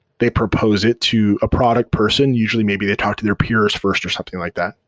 they propose it to a product person, usually maybe they talk to their peers first or something like that.